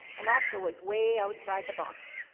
and also was way outside the box.